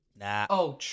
nah